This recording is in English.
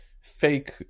fake